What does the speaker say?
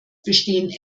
bestehen